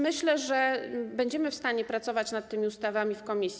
Myślę, że będziemy w stanie pracować nad tymi ustawami w komisji.